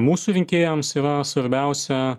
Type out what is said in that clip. mūsų rinkėjams yra svarbiausia